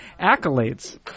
accolades